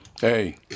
Hey